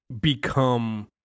become